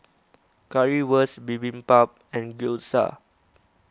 Currywurst Bibimbap and Gyoza